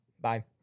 Bye